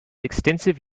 extensive